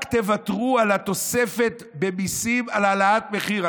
רק תוותרו על התוספת במיסים על העלאת מחיר,